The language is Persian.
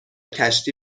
کشتی